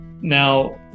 Now